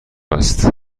است